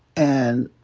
and,